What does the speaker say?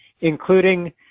including